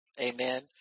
Amen